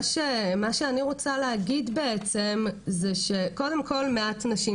מה שאני רוצה להגיד זה שקודם כל מעט נשים